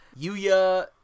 Yuya